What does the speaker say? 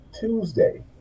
Tuesday